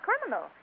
criminal